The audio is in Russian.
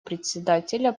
председателя